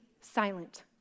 silent